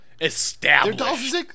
Established